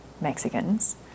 Mexicans